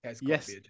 Yes